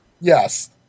Yes